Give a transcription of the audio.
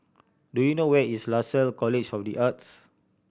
do you know where is Lasalle College of The Arts